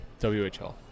WHL